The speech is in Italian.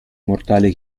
mortali